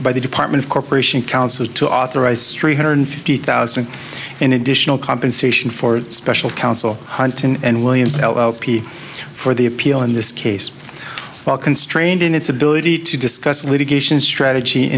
by the department of corporation counsel to authorize three hundred fifty thousand in additional compensation for special counsel hunt and williams l l p for the appeal in this case while constrained in its ability to discuss litigation strategy